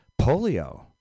Polio